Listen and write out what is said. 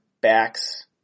backs